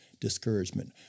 discouragement